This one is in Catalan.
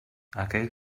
aquell